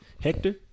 Hector